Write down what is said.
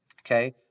okay